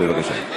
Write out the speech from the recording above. בבקשה,